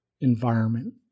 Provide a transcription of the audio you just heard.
environment